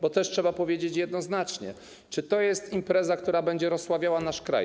Bo też trzeba powiedzieć jednoznacznie, czy to jest impreza, która będzie rozsławiała nasz kraj.